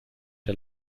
der